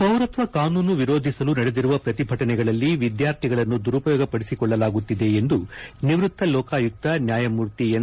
ಪೌರತ್ವ ಕಾನೂನು ವಿರೋಧಿಸಲು ನಡೆದಿರುವ ಪ್ರತಿಭಟನೆಗಳಲ್ಲಿ ವಿದ್ಯಾರ್ಥಿಗಳನ್ನು ದುರುಪಯೋಗಪಡಿಸಿಕೊಳ್ಳಲಾಗುತ್ತಿದೆ ಎಂದು ನಿವೃತ್ತ ಲೋಕಾಯುಕ್ತ ನ್ಯಾಯಮೂರ್ತಿ ಎನ್